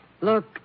look